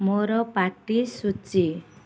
ମୋର ପାର୍ଟି ସୂଚୀ